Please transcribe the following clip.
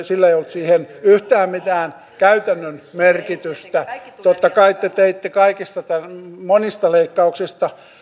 sillä ei ollut siinä yhtään mitään käytännön merkitystä totta kai te teitte monista leikkauksista